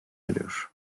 eriyor